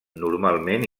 normalment